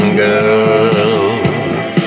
girls